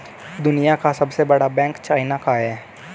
दुनिया का सबसे बड़ा बैंक चाइना का है